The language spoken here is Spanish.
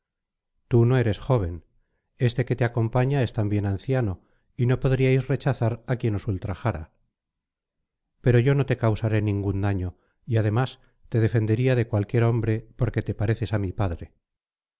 tú no eres joven éste que te acompaña es también anciano y no podríais rechazar á quien os ultrajara pero yo no te causaré ningún daño y además te defendería de cualquier hombre porque te pareces á mi padre